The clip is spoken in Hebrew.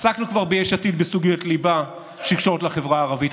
עסקנו כבר ביש עתיד בסוגיות ליבה שקשורות לחברה הערבית.